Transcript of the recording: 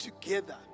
together